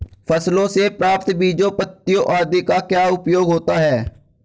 फसलों से प्राप्त बीजों पत्तियों आदि का क्या उपयोग होता है?